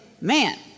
man